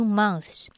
months